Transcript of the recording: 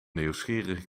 nieuwsgierige